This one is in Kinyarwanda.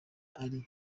ari